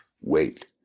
Wait